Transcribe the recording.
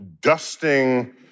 dusting